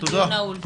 הדיון נעול.